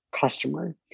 customer